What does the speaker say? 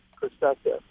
perspective